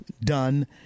done